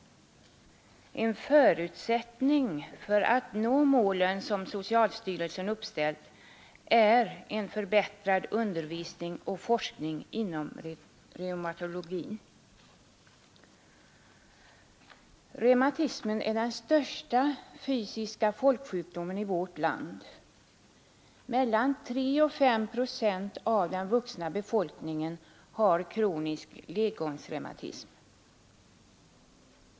En förutsättning för att nå målen som socialstyrelsen uppställt är en förbättrad undervisning och forskning inom reumatologin. Reumatismen är den största fysiska folksjukdomen i vårt land. Mellan tre och fem procent av den vuxna befolkningen har kronisk ledgångsreumatism.